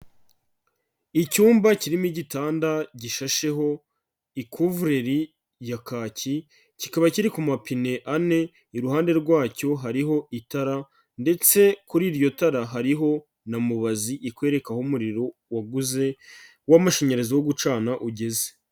Icyumba kirimo igitanda gishasheho ikuvureri ya kaki, kikaba kiri ku mapine ane, iruhande rwacyo hariho itara ndetse kuri iryo tara hariho na mubazi ikwereka aho umuriro waguze w'amashanyarazi wo gucana ugeze.